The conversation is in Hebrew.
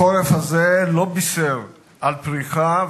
החורף הזה לא בישר על פריחה,